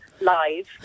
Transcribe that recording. live